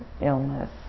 illness